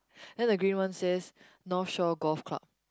then the green one says North Shore Golf Club